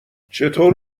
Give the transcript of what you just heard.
چطور